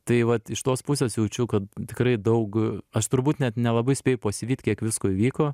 tai vat iš tos pusės jaučiu kad tikrai daug aš turbūt net nelabai spėju pasivyt kiek visko įvyko